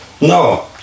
No